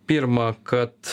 pirma kad